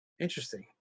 Interesting